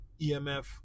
EMF